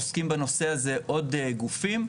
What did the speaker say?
עוסקים בנושא הזה עוד גופים,